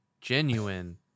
genuine